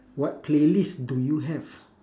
what playlist do you have